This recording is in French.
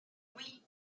oui